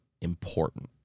important